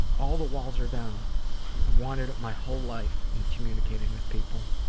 all the walls are down. i've wanted it my whole life, in communicating with people.